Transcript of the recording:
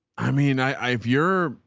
i mean, i, i, if you're,